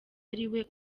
ariwe